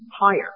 higher